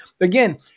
Again